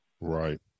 Right